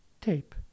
tape